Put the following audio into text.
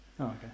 Okay